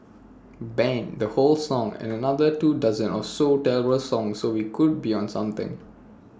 ban the whole song and another two dozen or so terrible songs and we would be on to something